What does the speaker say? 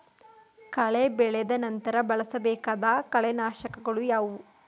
ಕಳೆ ಬೆಳೆದ ನಂತರ ಬಳಸಬೇಕಾದ ಕಳೆನಾಶಕಗಳು ಯಾವುವು?